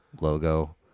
logo